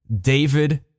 David